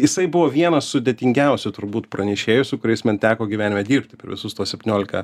jisai buvo vienas sudėtingiausių turbūt pranešėjų su kuriais man teko gyvenime dirbti per visus tuos septyniolika